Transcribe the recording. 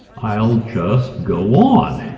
i'll just go on,